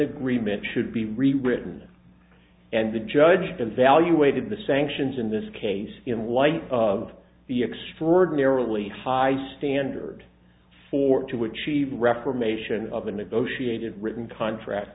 agreement should be rewritten and the judge devaluated the sanctions in this case in light of the extraordinarily high standard for it to achieve reformation of a negotiated written contract